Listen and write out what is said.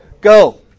Go